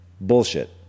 Bullshit